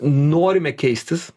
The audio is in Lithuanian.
norime keistis